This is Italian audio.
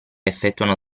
effettuano